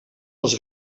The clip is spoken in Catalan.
als